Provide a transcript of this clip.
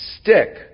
stick